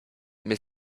mais